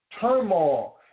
turmoil